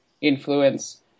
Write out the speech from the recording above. influence